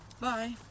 Bye